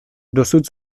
dosud